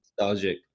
nostalgic